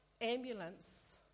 ambulance